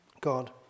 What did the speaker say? God